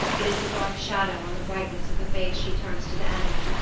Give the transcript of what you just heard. it is the dark shadow on the brightness of the face she turns to the enemy.